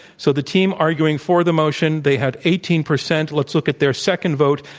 so the team arguing for the motion they had eighteen percent. let's look at their second vote,